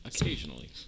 Occasionally